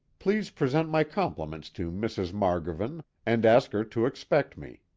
please present my compliments to mrs. margovan and ask her to expect me.